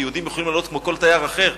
כי יהודים יכולים לעלות כמו כל תייר אחר.